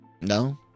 no